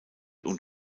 und